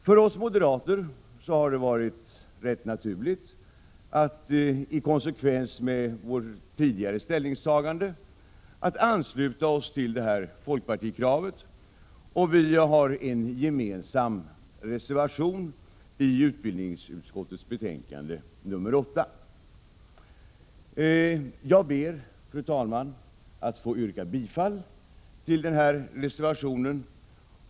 För oss moderater har det varit rätt naturligt att i konsekvens med vårt tidigare ställningstagande ansluta oss till detta folkpartikrav. Vi har en gemensam reservation till utbildningsutskottets betänkande 8. Jag ber, fru talman, att få yrka bifall till denna reservation.